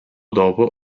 dopo